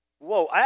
Whoa